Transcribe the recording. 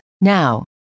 Now